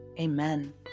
Amen